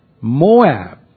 Moab